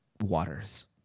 waters